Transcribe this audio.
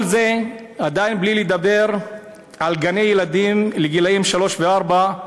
כל זה עדיין בלי לדבר על גני-ילדים לגילאי שלוש וארבע,